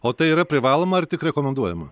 o tai yra privaloma ar tik rekomenduojama